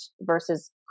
versus